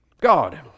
God